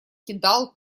кидал